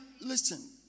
Listen